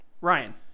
Ryan